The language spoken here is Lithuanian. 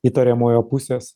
įtariamojo pusės